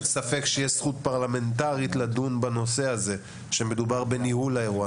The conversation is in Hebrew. אין ספק שיש זכות פרלמנטרית לדון בנושא הזה כשמדובר בניהול האירוע.